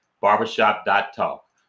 Barbershop.talk